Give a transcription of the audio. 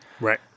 Right